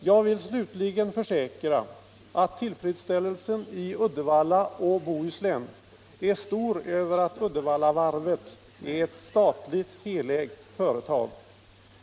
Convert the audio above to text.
Jag vill slutligen försäkra att tillfredsställelsen i Uddevalla och Bohuslän är stor över att Uddevallavarvet är ett statligt helägt företag.